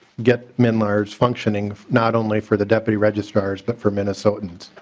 get mnlars functioning not only for the deputy registrars but for minnesotans.